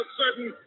certain